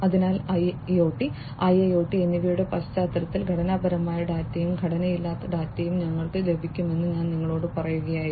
അതിനാൽ IoT IIoT എന്നിവയുടെ പശ്ചാത്തലത്തിൽ ഘടനാപരമായ ഡാറ്റയും ഘടനയില്ലാത്ത ഡാറ്റയും ഞങ്ങൾക്ക് ലഭിക്കുമെന്ന് ഞാൻ നിങ്ങളോട് പറയുകയായിരുന്നു